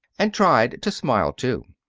and tried to smile, too.